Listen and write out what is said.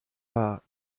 war